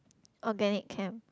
organic chem